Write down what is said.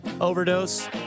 overdose